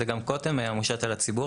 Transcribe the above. גם קודם זה היה מושת על הציבור,